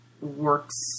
works